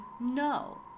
no